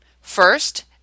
First